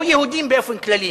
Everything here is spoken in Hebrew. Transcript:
או יהודים באופן כללי,